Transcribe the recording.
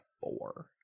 four